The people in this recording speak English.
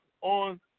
on